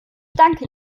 danke